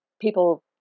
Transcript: people